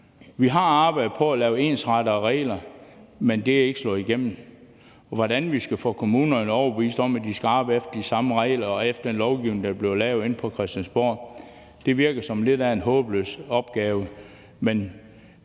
Vi har arbejdet på at lave ensartede regler, men det er ikke slået igennem. At få kommunerne overbevist om, at de skal arbejde efter de samme regler og efter den lovgivning, der bliver lavet inde på Christiansborg, virker som lidt af en håbløs opgave.